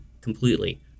completely